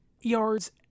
yards